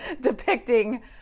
depicting